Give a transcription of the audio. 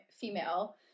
female